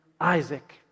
Isaac